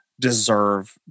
deserve